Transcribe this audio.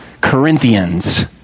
Corinthians